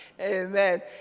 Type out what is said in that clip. Amen